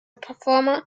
performer